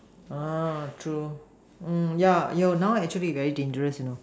orh true mm yeah you now actually very dangerous you know